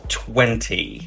twenty